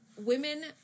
Women